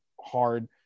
hard